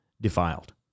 defiled